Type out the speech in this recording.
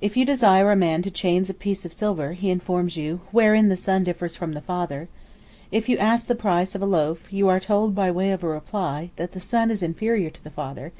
if you desire a man to change a piece of silver, he informs you, wherein the son differs from the father if you ask the price of a loaf, you are told by way of reply, that the son is inferior to the father